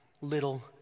Little